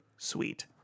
Sweet